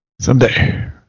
Someday